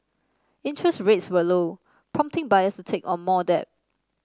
interest rates were low prompting buyers to take on more debt